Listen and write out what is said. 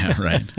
right